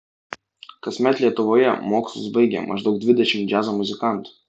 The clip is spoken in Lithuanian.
kasmet lietuvoje mokslus baigia maždaug dvidešimt džiazo muzikantų